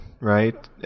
right